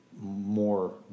more